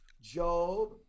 Job